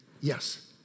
yes